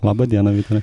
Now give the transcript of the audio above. labą dieną vytarai